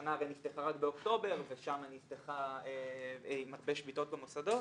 השנה הרי נפתחה רק באוקטובר ושם היא נפתחה עם הרבה שביתות במוסדות,